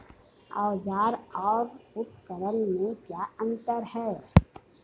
औज़ार और उपकरण में क्या अंतर है?